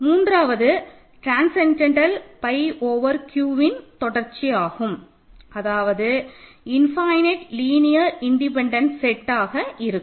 மூன்றாவது transcendental pi over Qஇன் தொடர்ச்சியாகும் அதாவது இன்ஃபைனட் லீனியர் இண்டிபெண்டன்ட் செட் இருக்கும்